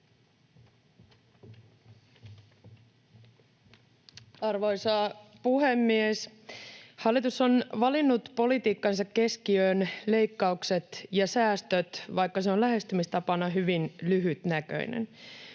Arvoisa puhemies! Hallitus on valinnut politiikkansa keskiöön leikkaukset ja säästöt, vaikka se on lähestymistapana hyvin lyhytnäköinen.